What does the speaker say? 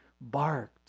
barked